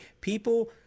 people